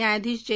न्यायाधीश जे